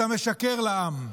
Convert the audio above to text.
אתה משקר לעם.